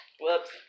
Whoops